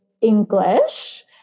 English